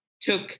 took